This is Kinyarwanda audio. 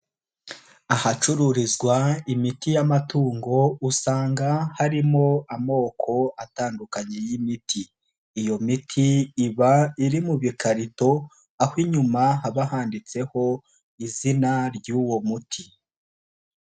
Ahacururizwa imiti y'amatungo usanga harimo amoko atandukanye y'imiti, iyo miti iba iri mu bikarito aho inyuma haba handitseho izina ry'uwo muti.